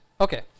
Okay